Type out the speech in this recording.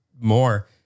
more